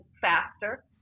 faster